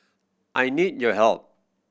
I need your help